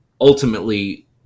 ultimately